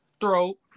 Throat